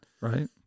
right